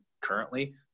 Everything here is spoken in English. currently